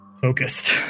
focused